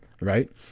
right